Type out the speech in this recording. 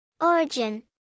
Origin